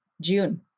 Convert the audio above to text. June